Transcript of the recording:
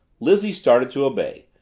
lizzie started to obey,